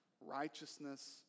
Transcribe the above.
righteousness